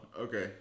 Okay